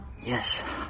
yes